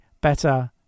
better